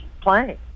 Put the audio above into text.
playing